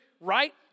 right